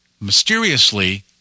mysteriously